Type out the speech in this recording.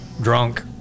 drunk